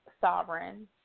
sovereign